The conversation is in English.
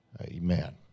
Amen